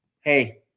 hey